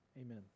amen